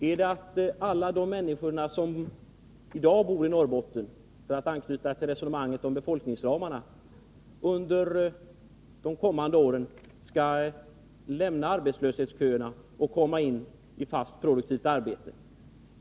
Är det att alla de människor som i dag bor i Norrbotten — för att anknyta till resonemanget om befolkningsramarna — under de kommande åren skall lämna arbetslöshetsköerna och komma in i fast produktivt arbete?